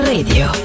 Radio